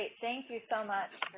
thank you so much,